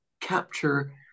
capture